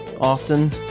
often